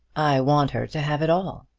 i want her to have it all,